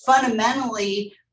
fundamentally